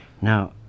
Now